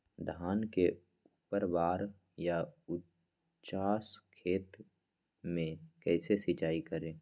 धान के ऊपरवार या उचास खेत मे कैसे सिंचाई करें?